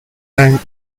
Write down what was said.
and